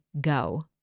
go